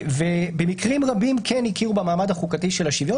ובמקרים רבים כן הכירו במעמד החוקתי של השוויון